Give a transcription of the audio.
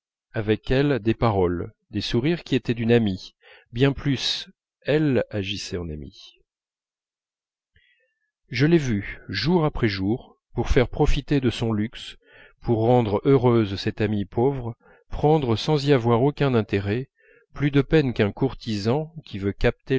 avec elle des paroles des sourires qui étaient d'une amie bien plus elle agissait en amie je l'ai vue jour par jour pour faire profiter de son luxe pour rendre heureuse cette amie pauvre prendre sans y avoir aucun intérêt plus de peine qu'un courtisan qui veut capter